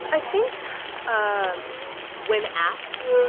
i think um when asked.